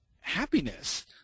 happiness